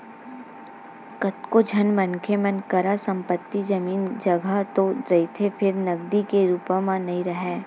कतको झन मनखे मन करा संपत्ति, जमीन, जघा तो रहिथे फेर नगदी के रुप म नइ राहय